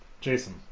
Jason